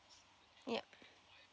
yup